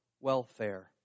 welfare